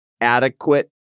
adequate